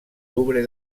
louvre